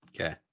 Okay